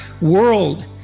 world